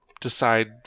decide